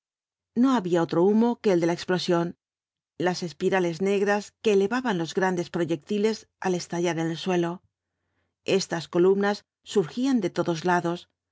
no había otro humo que el de la explosión las espirales negras que elevaban los grandes proyectiles al estallar en el suelo estas columnas surgían de todos lados